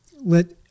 let